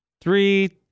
three